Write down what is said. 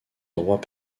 droits